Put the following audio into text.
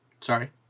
Sorry